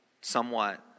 somewhat